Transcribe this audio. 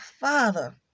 Father